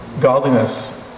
godliness